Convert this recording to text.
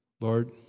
Lord